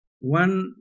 One